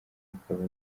bikaba